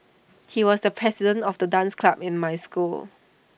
he was the president of the dance club in my school